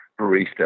barista